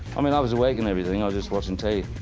i mean i was awake and everything, i was just watching telly.